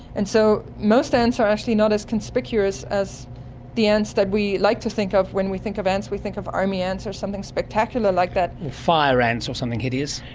and so most ants are actually not as conspicuous as the ants that we like to think of when we think of ants, we think of army ants or something spectacular like that. or fire ants or something hideous.